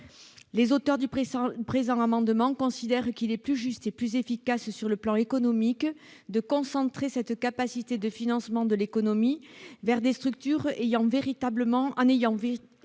Les auteurs du présent amendement considèrent qu'il est plus juste et plus efficace, sur le plan économique, de concentrer cette capacité de financement de l'économie vers des structures en ayant véritablement